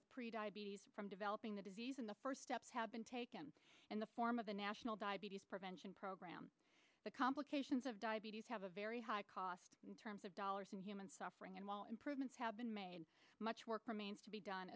with pre diabetes from developing the disease and the first steps have been taken in the form of a national diabetes prevention program the complications of diabetes have a very high cost in terms of dollars and human suffering and while improvements have been made and much work remains to be done